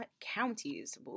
counties